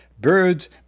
birds